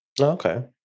Okay